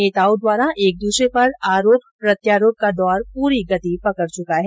नेताओं द्वारा एक दूसरे पर आरोप प्रत्यारोप का दौर पूरी गति पकड चुका है